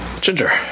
Ginger